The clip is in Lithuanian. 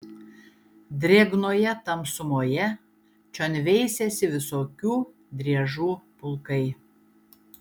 drėgnoje tamsumoje čion veisėsi visokių driežų pulkai